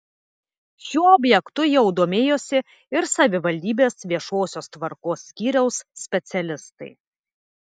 šiuo objektu jau domėjosi ir savivaldybės viešosios tvarkos skyriaus specialistai